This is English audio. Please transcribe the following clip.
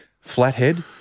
Flathead